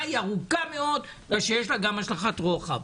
היא ארוכה מאוד כי יש לה גם השלכת רוחב.